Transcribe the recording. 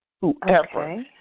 whoever